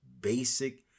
basic